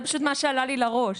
זה פשוט מה שעלה לי לראש.